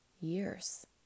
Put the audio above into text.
years